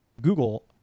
Google